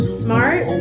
smart